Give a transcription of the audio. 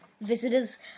visitors